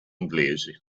inglesi